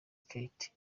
kate